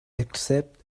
except